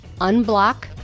unblock